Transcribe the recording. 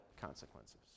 consequences